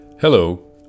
Hello